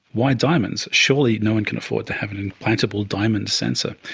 why diamonds? surely no one can afford to have an implantable diamond sensor?